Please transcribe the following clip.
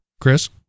Chris